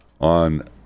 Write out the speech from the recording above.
on